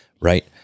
right